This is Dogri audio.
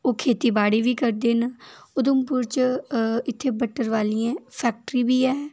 ओह् खेती बाड़ी बी करदे न उधमपुर च इत्थें बट्टल वालियें फैक्टरी बी ऐ